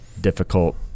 difficult